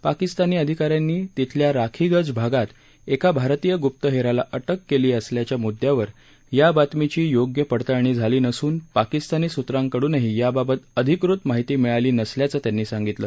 पाकिस्तानी अधिका यांनी तिथल्या राखी गज भागात एका भारतीय ग्प्तहेराला अटक केली असल्यच्या म्द्द्यावर या बातमीची योग्य पडताळणी झाली नसून पाकिस्तानी सूत्रांकडूनही याबाबत अधिकृत माहिती मिळाली नसल्याचं त्यांनी सांगितलं